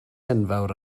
enfawr